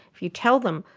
if you tell them,